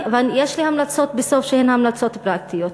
ויש לי המלצות בסוף שהן המלצות פרקטיות.